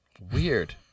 Weird